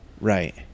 Right